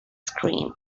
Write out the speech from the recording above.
screen